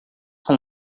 com